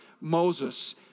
Moses